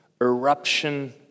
eruption